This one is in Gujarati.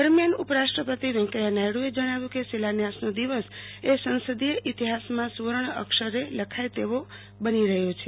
દરમિયાન ઉપરાષ્ટ્રપતિ વૈકયા નાયડુ એ જણાવ્યું કે શિલાન્યાસનો દિવસ એ સંસદીય ઇતિહાસમાં સુવર્ણ અક્ષરે લખાય તેવો બની રહે છે